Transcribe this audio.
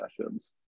sessions